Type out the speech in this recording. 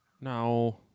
No